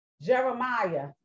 Jeremiah